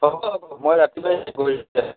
হ'ব হ'ব মই ৰাতিপুৱাই গৈ পাম